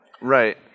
Right